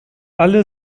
alle